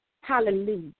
Hallelujah